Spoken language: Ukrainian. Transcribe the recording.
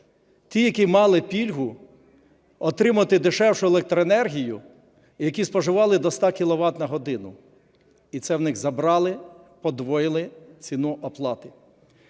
ті, які мали пільгу отримати дешевшу електроенергію, які споживали до 100 кіловат на годину, і це в них забрали, подвоїли ціну оплати.